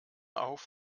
auf